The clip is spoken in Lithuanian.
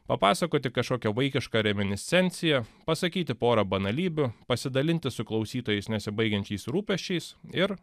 papasakoti kažkokią vaikišką reminiscenciją pasakyti porą banalybių pasidalinti su klausytojais nesibaigiančiais rūpesčiais ir